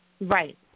Right